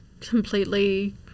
completely